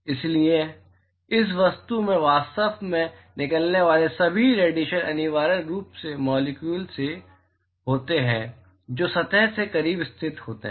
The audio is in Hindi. इसलिए इस वस्तु से वास्तव में निकलने वाले सभी रेडिएशन अनिवार्य रूप से मॉलिक्यूल से होते हैं जो सतह के करीब स्थित होते हैं